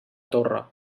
torre